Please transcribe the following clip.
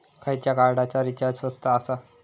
खयच्या कार्डचा रिचार्ज स्वस्त आसा?